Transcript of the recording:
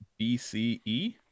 BCE